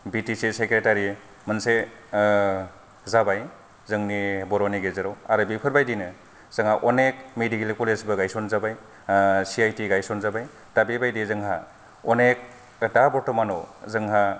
बि T C secretary मोनसे जाबाय जोंनि बर'नि गेजेराव आरो बेफोर बायदिनो जोंहा अनेग मेदिकेल कलेजबो गायसन जाबाय सि आइ टि गायसन जाबाय दा बेबायदि जोंहा अनेग एथा बार्थ मान जोंहा